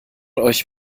euch